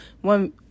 one